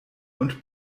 und